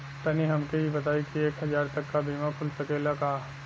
तनि हमके इ बताईं की एक हजार तक क बीमा खुल सकेला का?